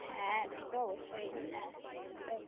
হ্যাঁ সে তো অবশ্যই হ্যাঁ অবশ্যই